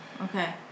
okay